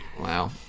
Wow